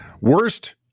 Worst